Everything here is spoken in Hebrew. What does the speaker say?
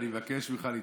אני מבקש ממך להתחשב.